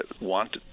want